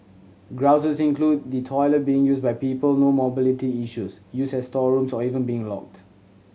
grouses include the toilet being used by people no mobility issues used as storerooms or even being locked